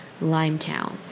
Limetown